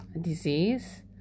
disease